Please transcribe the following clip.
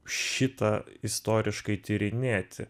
šitą istoriškai tyrinėti